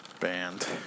band